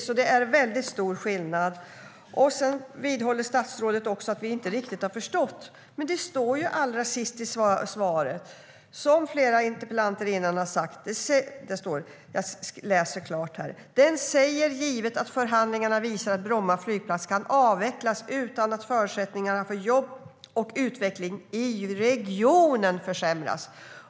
Det är alltså en väldigt stor skillnad.försämras.